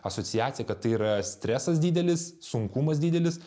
asociacija kad tai yra stresas didelis sunkumas didelis